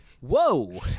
whoa